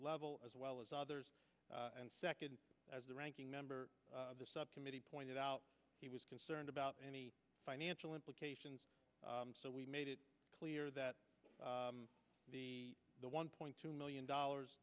level as well as others and second as the ranking member of the subcommittee pointed out he was concerned about any financial implications so we made it clear that the one point two million dollars